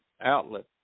Outlet